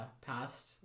past